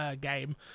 game